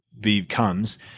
becomes –